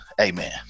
amen